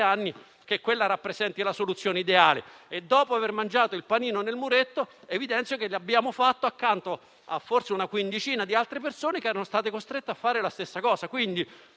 che quella rappresenti la soluzione ideale - e, oltre ad aver mangiato il panino in quella maniera, evidenzio che avevamo accanto forse una quindicina di altre persone che erano state costrette a fare la stessa cosa. Quindi,